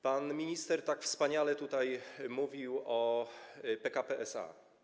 Pan minister tak wspaniale tutaj mówił o PKP SA.